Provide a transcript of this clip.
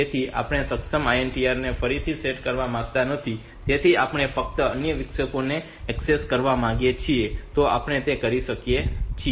તેથી આપણે સક્ષમ INTR ને ફરીથી સેટ કરવા માંગતા નથી તેથી આપણે ફક્ત અન્ય વિક્ષેપોને ઍક્સેસ કરવા માંગીએ છીએ તો આપણે તે કરી શકીએ છીએ